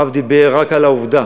הרב דיבר רק על העובדה